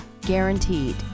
guaranteed